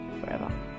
forever